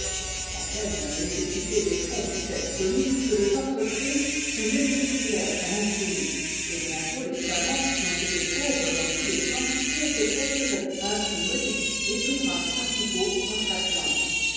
à peine la nécessité des fonds fut-elle connue que les entreprises se multiplièrent à l'infini et bientôt les savants qui ont été pauvres dans tous les temps purent se procurer à un prix modique les ouvrages principaux en chaque genre